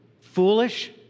foolish